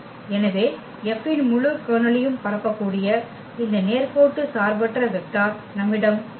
எனவே F இன் முழு கர்னலையும் பரப்பக்கூடிய இந்த நேர்கோட்டு சார்பற்ற வெக்டர் நம்மிடம் உள்ளது